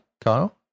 Kyle